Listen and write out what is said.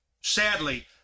Sadly